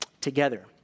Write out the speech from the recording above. together